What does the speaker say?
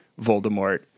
voldemort